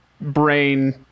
brain